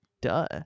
duh